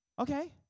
Okay